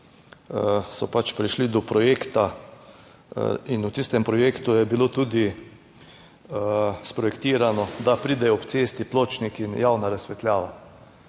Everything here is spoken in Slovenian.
so pač prišli do projekta in v tistem projektu je bilo tudi sprojektirano, da pride ob cesti pločnik in javna razsvetljava.